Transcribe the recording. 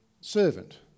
servant